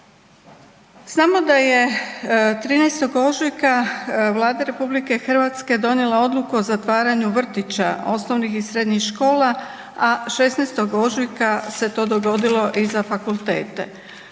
Znamo da je 13. ožujka Vlada RH donijela odluku o zatvaranju vrtića, osnovnih i srednjih škola, a 16. ožujka se to dogodilo i za fakultete.